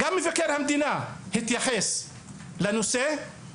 גם מבקר המדינה התייחס לנושא הזה,